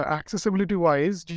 accessibility-wise